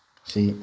ꯁꯤ